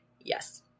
yes